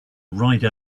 ride